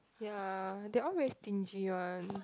ya they all very stingy one